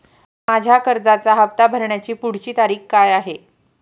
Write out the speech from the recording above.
माझ्या कर्जाचा हफ्ता भरण्याची पुढची तारीख काय आहे?